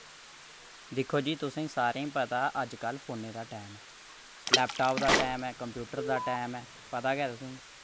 दिक्खो जी तुसें गी सारें गी पता अजकल्ल फोने दा टाइम ऐ लैपटाप दा टाइम ऐ कंप्यूटर दा टाइम ऐ पता गै ऐ तुसें गी